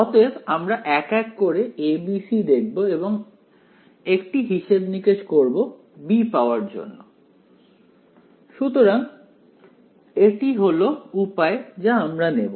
অতএব আমরা এক এক করে a b c দেখব এবং একটি হিসেব নিকেশ করব b পাওয়ার জন্য সুতরাং এটি হলো উপায় যা আমরা নেব